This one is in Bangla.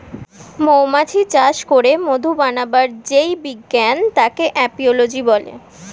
মৌমাছি চাষ করে মধু বানাবার যেই বিজ্ঞান তাকে এপিওলোজি বলে